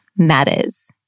matters